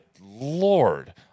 Lord